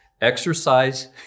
exercise